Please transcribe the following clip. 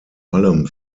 allem